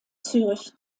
zürich